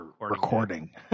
recording